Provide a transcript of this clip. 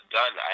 done